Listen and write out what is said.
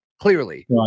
clearly